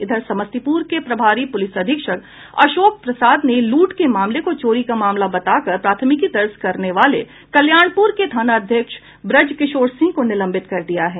इधर समस्तीपुर के प्रभारी पुलिस अधीक्षक अशोक प्रसाद ने लूट के मामले को चोरी का मामला बताकर प्राथमिकी दर्ज करने वाले कल्याणपुर के थानाध्यक्ष ब्रजकिशोर सिंह को निलंबित कर दिया है